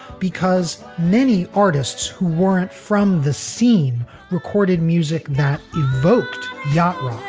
because many artists who weren't from the scene recorded music that evoked yantra